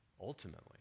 Ultimately